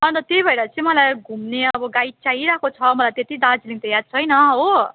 अन्त त्यही भएर चाहिँ मलाई घुम्ने अब गाइड चाहिरहेको छ मलाई त्यति दार्जिलिङ त याद छैन हो